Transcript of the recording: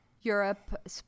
Europe